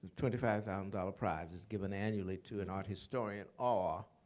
twenty five thousand dollars prize is given annually to an art historian ah